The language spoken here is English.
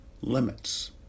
limits